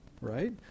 right